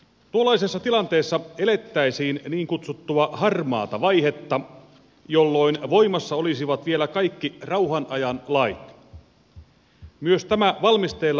tuollaisessa tilanteessa elettäisiin niin kutsuttua harmaata vaihetta jolloin voimassa olisivat vielä kaikki rauhanajan lait myös tämä valmisteilla oleva ampumaratalaki